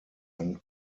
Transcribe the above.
ein